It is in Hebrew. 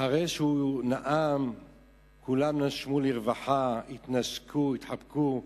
אחרי שהוא נאם כולם נשמו לרווחה, התנשקו,